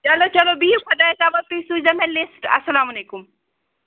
چلو چلو بِہِو خۄدایَس حوال تُہۍ سوٗزِو مےٚ لِسٹہٕ اَسلامُ علیکُم